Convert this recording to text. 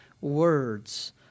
words